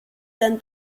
dann